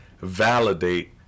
validate